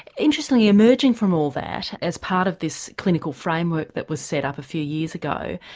interestingly, emerging from all that as part of this clinical framework that was set up a few years ago,